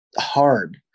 hard